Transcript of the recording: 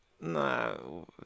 no